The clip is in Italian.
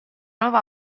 nuova